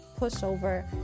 pushover